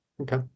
Okay